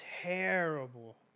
terrible